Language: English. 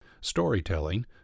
Storytelling